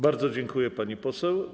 Bardzo dziękuję, pani poseł.